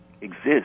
exist